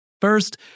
First